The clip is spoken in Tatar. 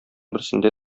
берсендә